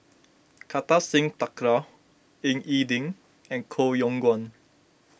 Kartar Singh Thakral Ying E Ding and Koh Yong Guan